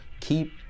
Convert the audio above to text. keep